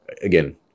again